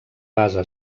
base